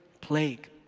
plague